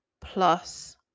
plus